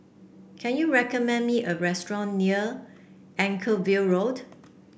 can you recommend me a restaurant near Anchorvale Road